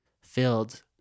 filled